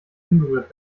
umgerührt